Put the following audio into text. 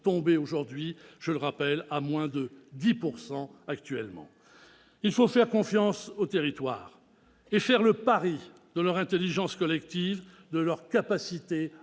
tombée aujourd'hui à moins de 10 %! Il faut faire confiance aux territoires et faire le pari de leur intelligence collective, de leur capacité